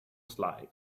slide